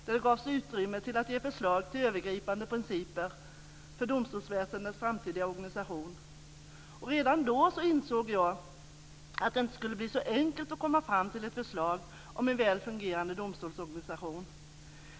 Där gavs det utrymme till att ge förslag till övergripande principer för domstolsväsendets framtida organisation. Redan då insåg jag att det inte skulle bli så enkelt att komma fram till ett förslag om en väl fungerande domstolsorganisation.